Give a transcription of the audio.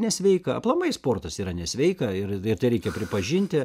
nesveika aplamai sportas yra nesveika ir tai reikia pripažinti